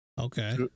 Okay